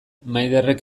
maiderrek